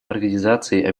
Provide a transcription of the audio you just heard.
организации